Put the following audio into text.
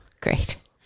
great